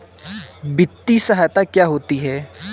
वित्तीय सहायता क्या होती है?